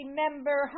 member